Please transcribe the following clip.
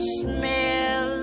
smell